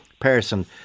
person